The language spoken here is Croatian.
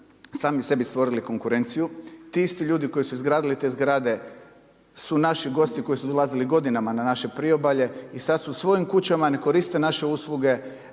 sami sebi stvorili konkurenciju. Ti isti ljudi koji su izgradili te zgrade su naši gosti koji su dolazili godinama na naše priobalje i sad su u svojim kućama, ne koriste naše usluge,